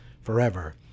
forever